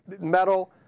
metal